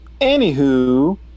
Anywho